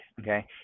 okay